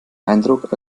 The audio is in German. eindruck